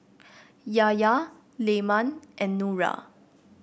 Yahya Leman and Nura